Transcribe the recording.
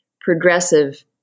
progressive